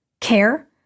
care